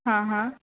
हां हां